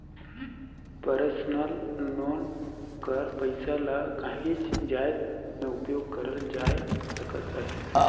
personal loan कर पइसा ल काहींच जाएत में उपयोग करल जाए सकत अहे